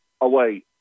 away